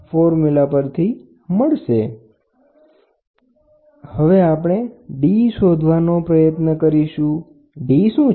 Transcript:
તો હવે તમે d શોધવાનો પ્રયત્ન કરી શકો d શું છે